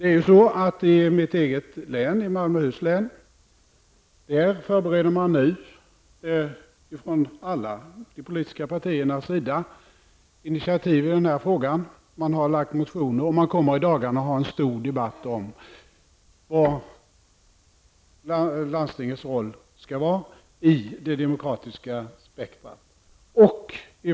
I mitt eget län, Malmöhus län, förbereder alla de politiska partierna nu initiativ i denna fråga. Man har väckt motioner, och man kommer i dagarna att ha en stor debatt om vilken landstingets roll skall vara i det demokratiska spektrat.